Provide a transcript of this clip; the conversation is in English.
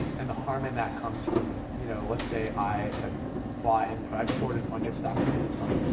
and the harm in that comes from, you know, let's say i have bought in, i've shorted a bunch of stock of amazon.